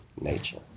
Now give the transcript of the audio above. nature